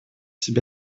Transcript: себе